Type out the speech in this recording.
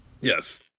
Yes